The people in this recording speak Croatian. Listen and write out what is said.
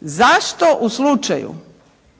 zašto u slučaju